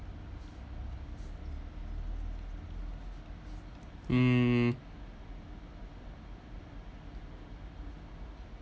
mm